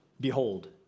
behold